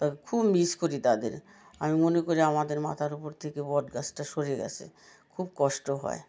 তা খুব মিস করি তাদের আমি মনে করি আমাদের মাথার উপর থেকে বট গাছটা সরে গিয়েছে খুব কষ্ট হয়